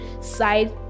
side